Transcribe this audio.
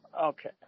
Okay